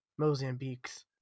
Mozambiques